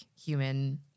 human